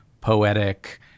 poetic